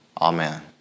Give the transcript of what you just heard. Amen